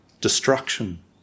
Destruction